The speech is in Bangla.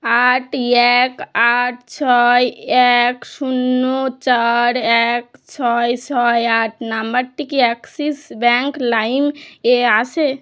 আট এক আট ছয় এক শূন্য চার এক ছয় ছয় আট নাম্বারটি কি অ্যাক্সিস ব্যাঙ্ক লাইম এ আছে